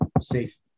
safe